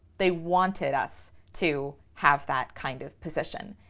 they wanted us to have that kind of position.